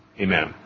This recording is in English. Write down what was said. amen